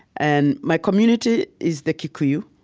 and my community is the kikuyu.